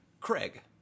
Craig